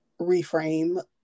reframe